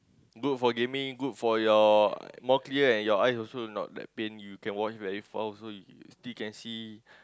good for gaming good for your more clear and your eyes also not that pain you can watch very far also you still can see